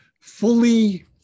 fully